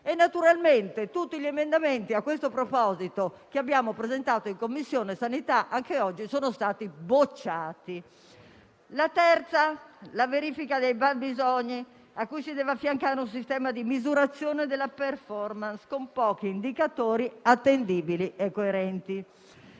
(naturalmente, tutti gli emendamenti a questo proposito che abbiamo presentato in Commissione sanità, anche oggi, sono stati respinti); la terza, verificare i fabbisogni, a cui si deve affiancare un sistema di misurazione della *performance*, con pochi indicatori attendibili e coerenti.